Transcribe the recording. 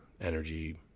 energy